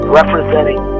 representing